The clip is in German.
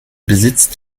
besitzt